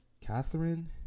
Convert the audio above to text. Catherine